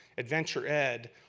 adventure ed,